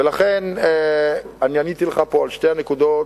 ולכן אני עניתי לך פה על שתי הנקודות.